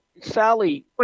Sally